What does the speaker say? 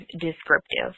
descriptive